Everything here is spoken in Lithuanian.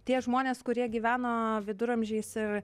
tie žmonės kurie gyveno viduramžiais ir